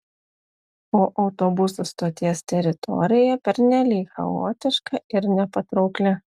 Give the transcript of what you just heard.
o autobusų stoties teritorija pernelyg chaotiška ir nepatraukli